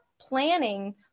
planning